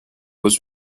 was